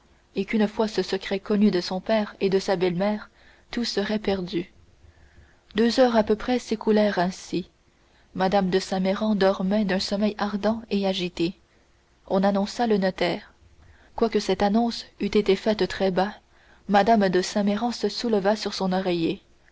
et qu'une fois ce secret connu de son père et de sa belle-mère tout serait perdu deux heures à peu près s'écoulèrent ainsi mme de saint méran dormait d'un sommeil ardent et agité on annonça le notaire quoique cette annonce eût été faite très bas mme de saint méran se souleva sur son oreiller